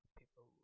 people